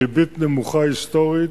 ריבית נמוכה היסטורית,